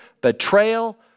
betrayal